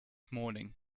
morning